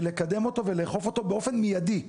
ולקדם אותו ולאכוף אותו באופן מיידי.